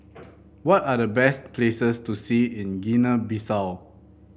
what are the best places to see in Guinea Bissau